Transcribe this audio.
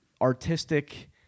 artistic